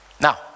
now